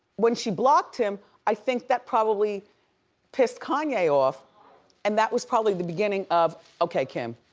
when she blocked him, i think that probably pissed kanye off and that was probably the beginning of okay kim,